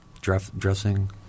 dressing